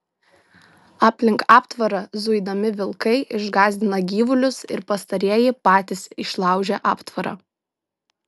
aplink aptvarą zuidami vilkai išgąsdina gyvulius ir pastarieji patys išlaužia aptvarą